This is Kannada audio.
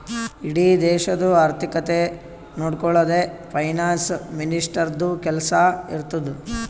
ಇಡೀ ದೇಶದು ಆರ್ಥಿಕತೆ ನೊಡ್ಕೊಳದೆ ಫೈನಾನ್ಸ್ ಮಿನಿಸ್ಟರ್ದು ಕೆಲ್ಸಾ ಇರ್ತುದ್